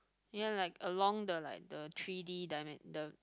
ya like along the like the three-D dimen~ the